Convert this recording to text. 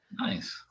Nice